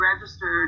registered